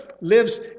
lives